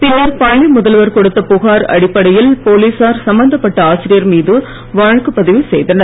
பின்னர் பள்ளி முதல்வர் கொடுத்த புகார் அடிப்படையில் போலீசார் சம்பந்தப்பட்ட ஆசிரியர் மீது வழக்கு பதிவு செய்தனர்